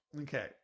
Okay